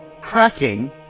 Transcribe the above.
Cracking